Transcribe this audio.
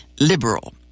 liberal